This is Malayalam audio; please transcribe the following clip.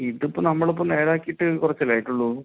ഇതിപ്പോൾ നമ്മൾ ഇപ്പോൾ നേരെയാക്കിയിട്ട് കുറച്ചല്ലേ ആയിട്ടുള്ളൂ